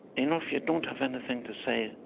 you know if you don't have anything to say,